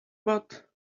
but